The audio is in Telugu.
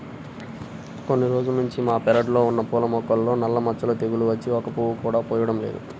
కొన్ని రోజుల్నుంచి మా పెరడ్లో ఉన్న పూల మొక్కలకు నల్ల మచ్చ తెగులు వచ్చి ఒక్క పువ్వు కూడా పుయ్యడం లేదు